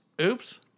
Oops